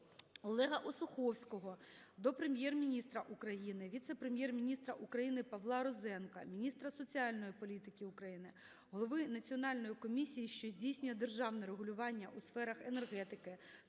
Олега Осуховського до Прем'єр-міністра України, віце-прем'єр-міністра України Павла Розенка, міністра соціальної політики України, голови Національної комісії, що здійснює державне регулювання у сферах енергетики